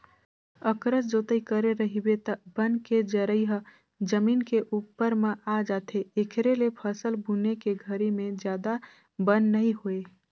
अकरस जोतई करे रहिबे त बन के जरई ह जमीन के उप्पर म आ जाथे, एखरे ले फसल बुने के घरी में जादा बन नइ होय